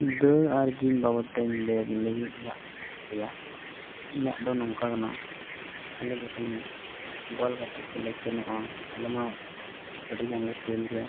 ᱫᱟᱹᱲ ᱟᱨ ᱡᱤᱢ ᱵᱟᱵᱚᱫ ᱛᱤᱧ ᱞᱟᱹᱭ ᱟᱵᱚ ᱞᱟᱹᱜᱤᱫ ᱤᱧᱟᱹᱜ ᱨᱮᱭᱟᱜ ᱤᱧᱟᱹᱜ ᱫᱚ ᱱᱚᱝᱠᱟ ᱠᱟᱱᱟ ᱟᱞᱮ ᱡᱚᱠᱷᱚᱱ ᱵᱚᱞ ᱜᱟᱛᱮᱜ ᱠᱚᱞᱮ ᱥᱮᱱᱚᱜᱼᱟ ᱟᱞᱮ ᱢᱟ ᱟᱹᱰᱤᱜᱟᱱ ᱞᱮ ᱠᱷᱮᱞ ᱜᱮᱭᱟ